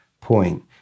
point